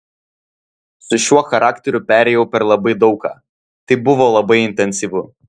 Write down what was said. su šiuo charakteriu perėjau per labai daug ką tai buvo labai intensyvu